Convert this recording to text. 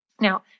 Now